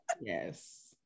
yes